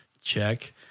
Check